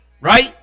right